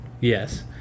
Yes